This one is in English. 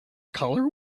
color